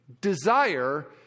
desire